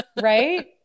right